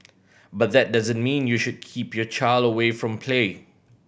but that doesn't mean you should keep your child away from play